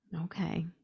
Okay